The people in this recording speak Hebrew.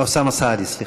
אוסאמה סעדי, סליחה.